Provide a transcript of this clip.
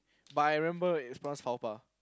but I remember it's pronounced faux pas